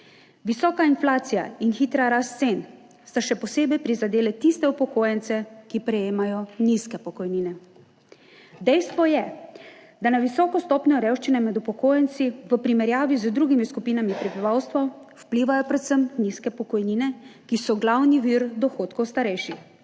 Visoka inflacija in hitra rast cen sta še posebej prizadeli tiste upokojence, ki prejemajo nizke pokojnine. Dejstvo je, da na visoko stopnjo revščine med upokojenci v primerjavi z drugimi skupinami prebivalstva vplivajo predvsem nizke pokojnine, ki so glavni vir dohodkov starejših.